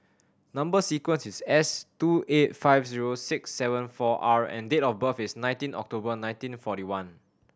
number sequence is S two eight five zero six seven four R and date of birth is nineteen October nineteen forty one